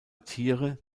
tiere